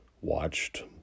watched